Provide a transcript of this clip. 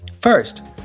First